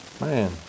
man